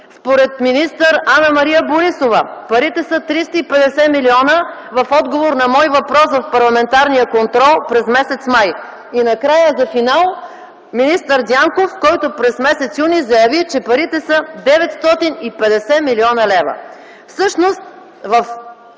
според министър Анна-Мария Борисова – парите са 350 милиона, в отговор на мой въпрос в парламентарния контрол през м. май; и накрая за финал – министър Дянков, който през м. юни заяви, че парите са 950 милиона лева.